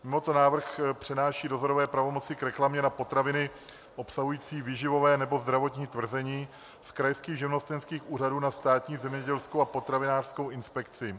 Mimoto návrh přenáší dozorové pravomoci k reklamě na potraviny obsahující výživové nebo zdravotní tvrzení z krajských živnostenských úřadů na Státní zemědělskou a potravinářskou inspekci.